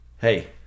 Hey